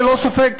ללא ספק,